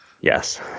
Yes